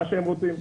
מה שהם רוצים.